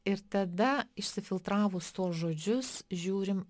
ir tada išsifiltravus tuos žodžius žiūrim